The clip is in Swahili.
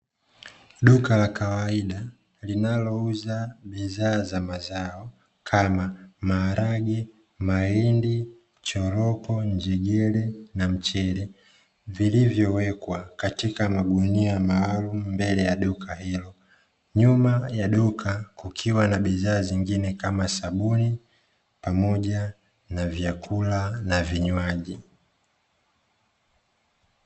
Duka la kawaida, linalouza bidhaa za mazao kama maharage, mahindi, choroko, njegele, na mchele, vilivyowekwa katika magunia maalumu mbele ya duka hilo. Nyuma ya duka, kukiwa na bidhaa zingine kama sabuni pamoja na vyakula na vinywaji.